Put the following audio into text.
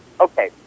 Okay